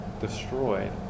destroyed